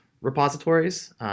repositories